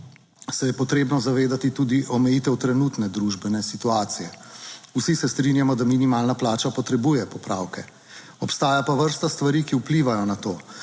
se je potrebno zavedati tudi omejitev trenutne družbene situacije. Vsi se strinjamo, da minimalna plača potrebuje popravke, obstaja pa vrsta stvari, ki vplivajo na to,